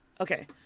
okay